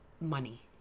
money